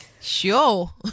Sure